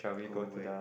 go where